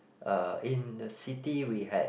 uh in the city we had